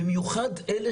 במיוחד אלה